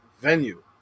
venue